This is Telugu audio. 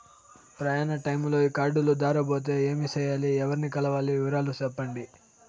ప్రయాణ టైములో ఈ కార్డులు దారబోతే ఏమి సెయ్యాలి? ఎవర్ని కలవాలి? వివరాలు సెప్పండి?